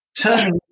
Turning